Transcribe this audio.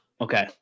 Okay